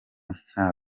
nta